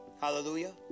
Hallelujah